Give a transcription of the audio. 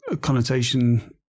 connotation